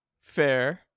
Fair